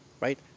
right